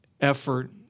effort